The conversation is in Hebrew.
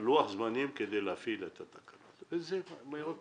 לוח הזמנים להפעלת התקנות, זה מאוד פשוט.